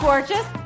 Gorgeous